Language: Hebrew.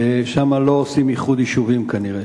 שם לא עושים איחוד יישובים, כנראה.